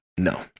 No